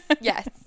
Yes